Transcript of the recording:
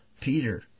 Peter